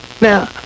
Now